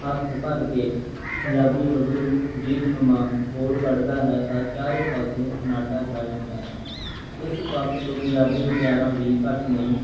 ਹੱਥ ਭਰ ਕੇ ਪੰਜਾਬੀ ਗੱਭਰੂ ਗੀਤ ਨੂੰ ਮਾਂ ਗੋਲ ਕੱਢਦਾ ਹੈ ਤਾਂ ਚਾਰੇ ਪਾਸੇ ਸਨਾਟਾ ਛਾ ਜਾਂਦਾ ਹੈ ਇਸ ਪੱਖ ਤੋਂ ਪੰਜਾਬੀ ਮੁਟਿਆਰਾਂ ਵੀ ਘੱਟ ਨਹੀਂ